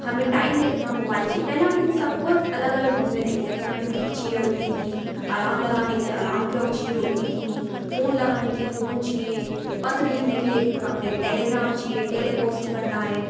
हमें टाइम देखना हो मोबाइल चाहिए पहले हम इन सबको एक अलग अलग व्यू में देखते थे हमें घड़ी चाहिए होती थी अलार्म लगाने के लिए अलार्म क्लॉक चाहिए होती थी फोन लगाने के लिए फोन चाहिए पत्र लिखने के लिए अपने टेलीग्राम चाहिए टेलीपोस्ट करना है